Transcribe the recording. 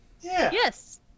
Yes